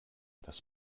das